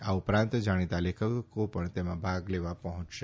આ ઉપરાંત જાણીતા લેખકો પણ તેમાં ભાગ લેવા પહોંચશે